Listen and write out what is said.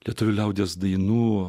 lietuvių liaudies dainų